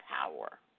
power